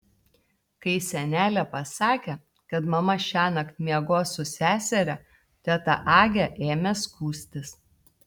kai senelė pasakė kad mama šiąnakt miegos su seseria teta agė ėmė skųstis